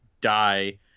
die